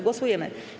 Głosujemy.